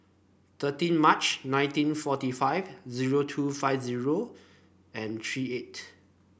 thirteen March nineteen forty five zero two five zero and three eight